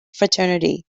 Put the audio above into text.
fraternity